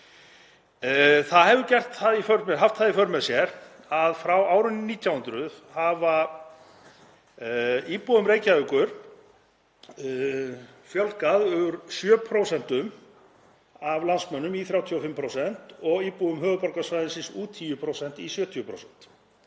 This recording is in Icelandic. Það hefur haft það í för með sér að frá árinu 1900 hefur íbúum Reykjavíkur fjölgað úr 7% af landsmönnum í 35% og íbúum höfuðborgarsvæðisins úr 10% í 70%.